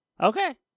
Okay